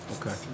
okay